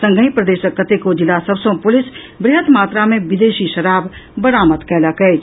संगहि प्रदेशक कतेको जिला सभ सॅ पुलिस वृहत मात्रा मे विदेशी शराब बरामद कयलक अछि